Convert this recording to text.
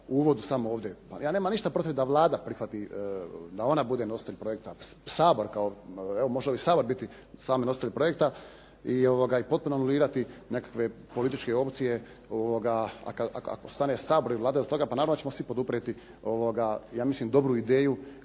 u uvodu samom ovdje. Pa ja nemam ništa protiv da Vlada prihvati, da ona bude nositelj projekta, Sabor, evo može i Sabor biti sam nositelj projekta i potpuno anulirati nekakve političke opcije, ako stane Sabor i Vlada iza toga, pa naravno da ćemo svi poduprijeti, ja mislim dobru ideju